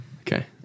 okay